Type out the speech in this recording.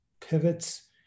pivots